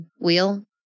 wheel